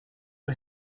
who